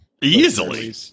Easily